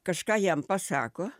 kažką jam pasako